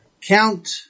Count